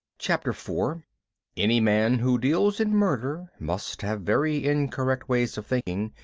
chapter four any man who deals in murder, must have very incorrect ways of thinking,